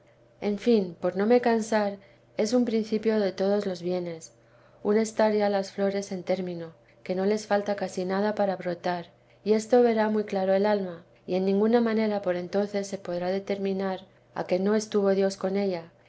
en fin por no me cansar es un principio de todos los bienes un estar ya las flores en término que no les falta casi nada para brotar y esto verá muy claro el alma y en ninguna manera por entonces se podrá determinar a que no estuvo dios con ella